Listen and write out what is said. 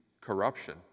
corruption